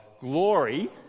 glory